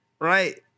Right